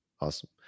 Awesome